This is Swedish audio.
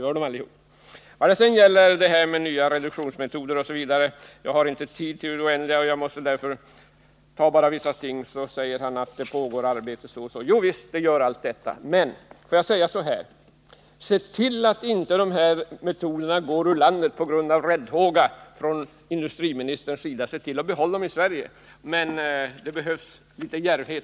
Vad sedan gäller nya reduktionsmetoder — jag har ju inte tid här i det oändliga, och jag kan därför bara ta upp vissa saker — säger han att det pågår arbete. Jovisst, men får jag säga så här: Se till att inte de metoderna försvinner ur landet på grund av räddhåga från industriministerns sida! Se till att vi får behålla dem i Sverige! — Men det behövs då litet djärvhet.